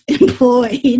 employed